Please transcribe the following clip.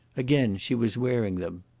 again she was wearing them.